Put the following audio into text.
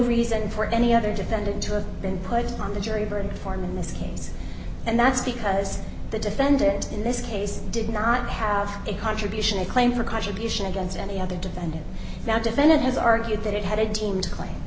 reason for any other defendant to have been put on the jury verdict form in this case and that's because the defendant in this case did not have a contribution a claim for contribution against any other defendant now defendant has argued that it had a team to claim